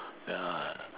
ya